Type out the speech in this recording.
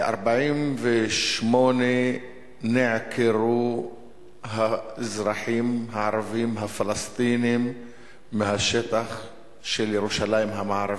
ב-1948 נעקרו האזרחים הערבים הפלסטינים מהשטח של ירושלים המערבית,